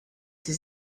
sie